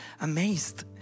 amazed